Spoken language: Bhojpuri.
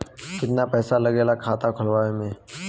कितना पैसा लागेला खाता खोलवावे में?